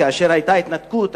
כאשר היתה התנתקות,